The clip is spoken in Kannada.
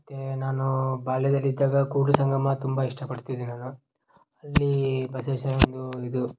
ಮತ್ತು ನಾನು ಬಾಲ್ಯದಲ್ಲಿ ಇದ್ದಾಗ ಕೂಡಲಸಂಗಮ ತುಂಬ ಇಷ್ಟಪಡ್ತಿದ್ದು ನಾನು ಅಲ್ಲೀ ಬಸವೇಶ್ವರ ಒಂದು ಇದು